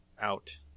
out